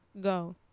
go